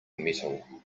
metal